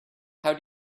how